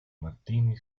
martini